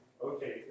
Okay